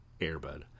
Airbud